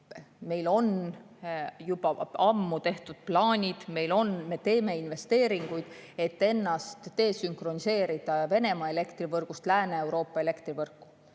Meil on juba ammu tehtud plaanid ja me teeme investeeringuid, et desünkroniseerida ennast Venemaa elektrivõrgust Lääne-Euroopa elektrivõrku.